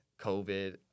COVID